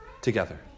together